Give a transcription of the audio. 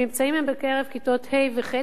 הממצאים הם מכיתות ה' וח',